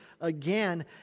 again